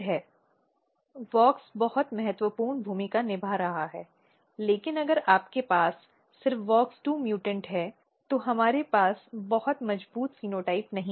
slide समय देखें 1327 WOX बहुत महत्वपूर्ण भूमिका निभा रहा है लेकिन अगर आपके पास सिर्फ wox2 म्यूटॅन्ट है तो हमारे पास बहुत मजबूत फेनोटाइप नहीं है